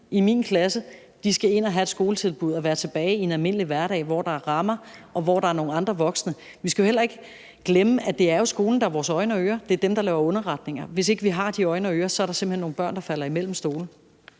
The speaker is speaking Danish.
lærers klasse, der skal ind og have et skoletilbud, så de kan komme tilbage i en almindelig hverdag, hvor der er rammer, og hvor der er nogle andre voksne. Vi skal jo heller ikke glemme, at det er skolen, der er vores øjne og ører. Det er dem, der laver underretninger, og hvis ikke vi har de øjne og ører, er der simpelt hen nogle børn, der falder ned mellem stolene.